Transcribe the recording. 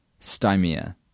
Stymia